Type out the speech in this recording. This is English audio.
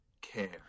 care